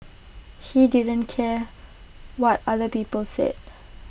he didn't care what other people said